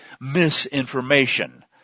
misinformation